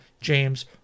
James